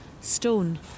stone